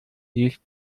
licht